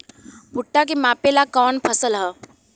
भूट्टा के मापे ला कवन फसल ह?